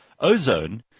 Ozone